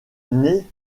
naît